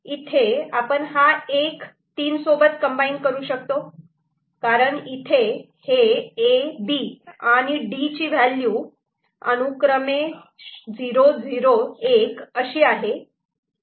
इथे आपण हा एक तीन सोबत कम्बाईन करू शकतो कारण इथे हे A B आणि D ची व्हॅल्यू अनुक्रमे 0 0 1 अशी आहे